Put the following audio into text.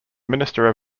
minister